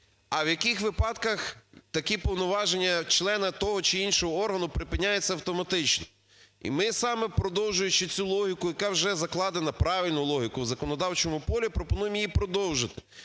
а в яких випадках такі повноваження члена того чи іншого органу припиняється автоматично. І ми саме, продовжуючи цю логіку, яка вже закладена правильно, логіку в законодавчому полі, пропонуємо її продовжити.